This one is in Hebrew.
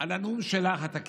על הנאום התקיף